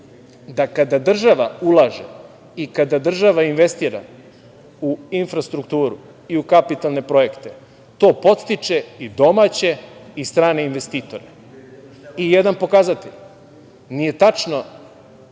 da kada država ulaže i kada država investira u infrastrukturu i u kapitalne projekte, to podstiče i domaće i strane investitore. I jedan pokazatelj – nije tačno